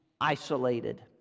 isolated